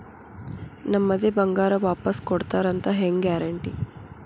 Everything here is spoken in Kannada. ನಮ್ಮದೇ ಬಂಗಾರ ವಾಪಸ್ ಕೊಡ್ತಾರಂತ ಹೆಂಗ್ ಗ್ಯಾರಂಟಿ?